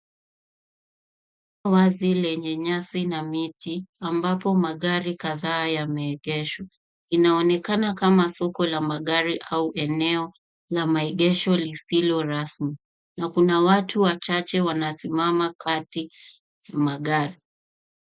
Wazi lenye nyasi na miti ambapo magari kadhaa yameegeshwa inaonekana kama soko ya magari au eneo la maegesho lisilo rasmi na kuna watu wachache wanasimama kati ya magari.